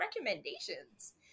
recommendations